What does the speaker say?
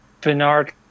Bernard